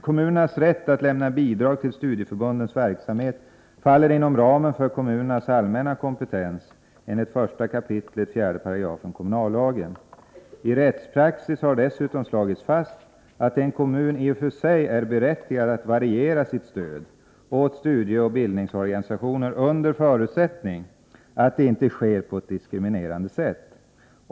Kommunernas rätt att lämna bidrag till studieförbundens verksamhet faller inom ramen för kommunernas allmänna kompetens enligt 1 kap. 4§ kommunallagen . I rättspraxis har dessutom slagits fast att en kommun i och för sig är berättigad att variera sitt stöd åt studieoch bildningsorganisationer under förutsättning att det inte sker på ett diskriminerande sätt.